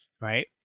right